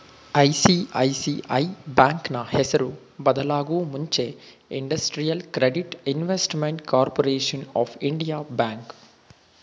ICICI ಬ್ಯಾಂಕ್ನ ಹೆಸರು ಬದಲಾಗೂ ಮುಂಚೆ industrial credit investment corporation of India bank